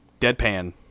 deadpan